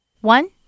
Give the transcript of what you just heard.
One